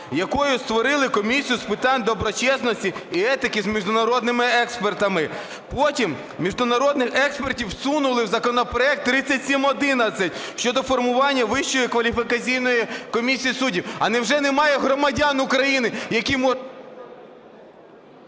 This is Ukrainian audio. якою створили Комісію з питань доброчесності та етики з міжнародними експертами. Потім міжнародних експертів всунули в законопроект 3711 щодо формування Вищої кваліфікаційної комісії суддів. А невже немає громадян України, які…